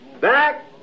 Back